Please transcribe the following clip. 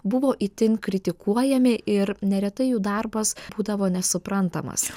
buvo itin kritikuojami ir neretai jų darbas būdavo nesuprantamas